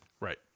Right